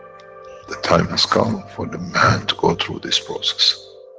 the time has come for the man to go through this process.